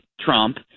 Trump